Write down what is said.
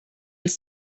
els